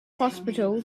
hospital